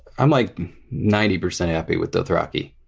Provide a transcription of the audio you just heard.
i'm like ninety percent happy with dothraki.